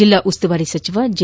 ಜಿಲ್ಲಾ ಉಸ್ತುವಾರಿ ಸಚಿವ ಜಿ